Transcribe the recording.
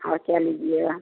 और क्या लीजिएगा